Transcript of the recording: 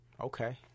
Okay